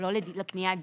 הוא לא לקניית דירה,